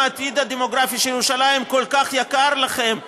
העתיד הדמוגרפי של ירושלים כל כך יקר לכם,